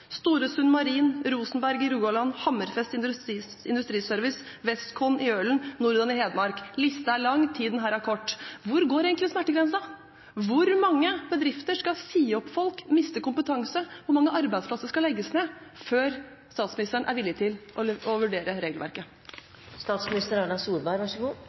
Storesund Marine og Rosenberg i Rogaland, Hammerfest Industriservice, Westcon Yards i Ølen, NorDan i Hedmark – listen er lang, tiden her er kort. Hvor går egentlig smertegrensen? Hvor mange bedrifter skal si opp folk, miste kompetanse? Hvor mange arbeidsplasser skal legges ned før statsministeren er villig til å